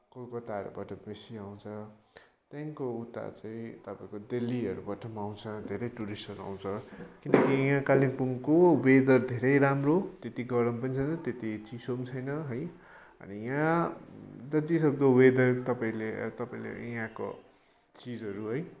कोलकत्ताहरूबाट बेसी आउँछ त्यहाँदेखिको उता चाहिँ तपाईँको दिल्लीहरूबाट आउँछ धेरै टुरिस्टहरू आउँछ किनकि यहाँ कालिम्पोङको वेदर धेरै राम्रो त्यति गरम पनि छैन त्यति चिसो पनि छैन है अनि यहाँ जति सक्दो वेदर तपाईँले तपाईँले यहाँको चिजहरू है